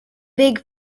big